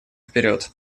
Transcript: вперед